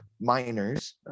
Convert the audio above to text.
miners